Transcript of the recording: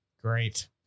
Great